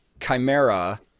Chimera